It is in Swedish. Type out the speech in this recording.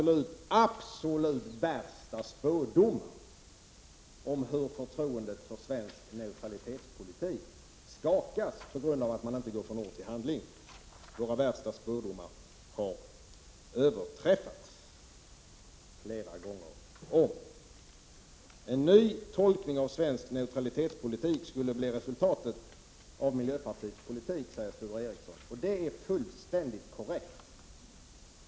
Nej, våra absolut värsta spådomar om hur förtroendet för svensk neutralitetspolitik skakas på grund av att man inte går från ord till handling har överträffats flera gånger om. En ny tolkning av svensk neutralitetspolitik skulle bli resultatet av miljöpartiets politik, säger Sture Ericson. Det är fullständigt korrekt.